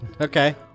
Okay